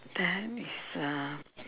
then is uh